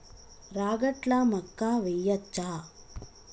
రాగట్ల మక్కా వెయ్యచ్చా?